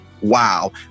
wow